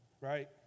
right